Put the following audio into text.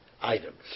items